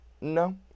no